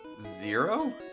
Zero